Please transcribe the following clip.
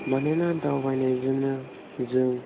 मानोना दावबायनायजोंनो जों